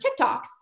TikToks